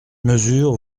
mesure